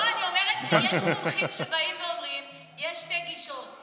לא, אני אומרת שיש מומחים שאומרים שיש שתי גישות.